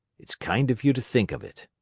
it's kind of you to think of it.